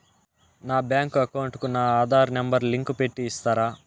నా bank account కు నా ఆధార్ నెంబర్ లింకు పెట్టి ఇస్తారా?